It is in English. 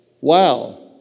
Wow